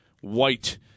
white